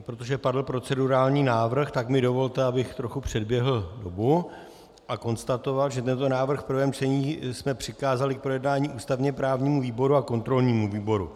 Protože padl procedurální návrh, tak mi dovolte, abych trochu předběhl dobu a konstatoval, že tento návrh v prvém čtení jsme přikázali k projednání ústavněprávnímu výboru a kontrolnímu výboru.